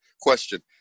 question